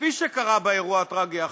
כפי שקרה באירוע הטרגי האחרון.